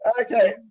Okay